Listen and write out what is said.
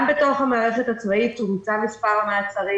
גם בתוך המערכת הצבאית צומצם מספר המעצרים